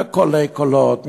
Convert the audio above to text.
בקולי קולות,